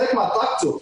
חלק מהאטרקציות,